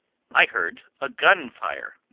i heard a gun fire!